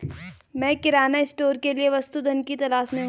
मैं किराना स्टोर के लिए वस्तु धन की तलाश में हूं